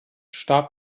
starb